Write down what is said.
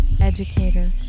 educator